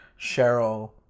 Cheryl